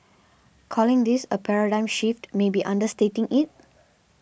calling this a paradigm shift may be understating it